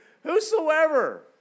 whosoever